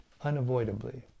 unavoidably